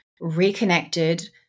reconnected